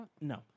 No